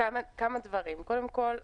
קודם כל,